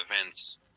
events